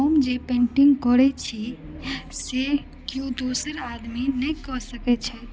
हम जे पेन्टिंग करै छी से केओ दोसर आदमी नहि कऽ सकैत छथि